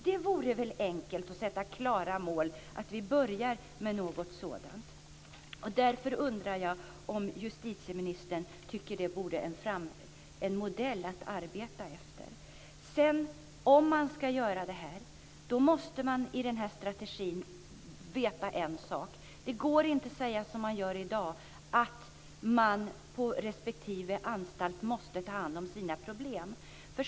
Det vore väl enkelt att sätta klara mål och säga att vi börjar med något sådant. Därför undrar jag om justitieministern tycker att det vore en modell att arbeta efter. Om man ska göra det här måste man i strategin veta en sak. Det går inte att säga som man gör i dag, att man på respektive anstalt måste ta hand om sina problem.